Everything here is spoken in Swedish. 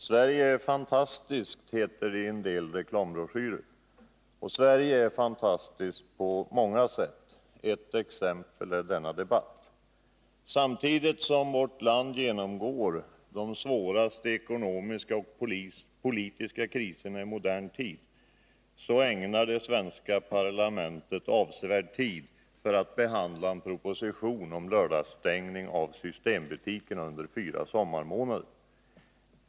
Herr talman! Sverige är fantastiskt, heter det i en del reklambroschyrer. Och Sverige är fantastiskt på många sätt. Ett exempel är denna debatt. Samtidigt som vårt land genomgår de hittills svåraste ekonomiska och politiska kriserna i modern tid ägnar det svenska parlamentet avsevärd tid åt att behandla en proposition om lördagsstängning av systembutikerna under fyra sommarmånader.